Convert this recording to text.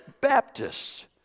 Baptists